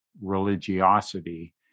religiosity